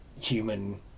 human